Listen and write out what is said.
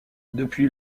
depuis